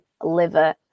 liver